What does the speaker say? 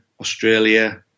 Australia